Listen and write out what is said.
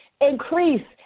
Increase